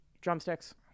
Drumsticks